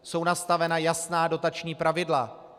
Jsou nastavena jasná dotační pravidla.